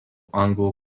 anglų